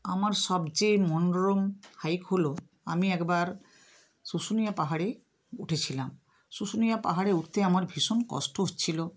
আমার সবচেয়ে মনোরম হাইক হলো আমি একবার শুশুনিয়া পাহাড়ে উঠেছিলাম শুশুনিয়া পাহাড়ে উঠতে আমার ভীষণ কষ্ট হচ্ছিল